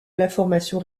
l’information